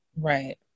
Right